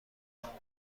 نداریم